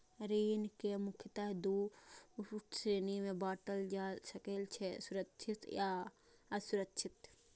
ऋण कें मुख्यतः दू श्रेणी मे बांटल जा सकै छै, सुरक्षित आ असुरक्षित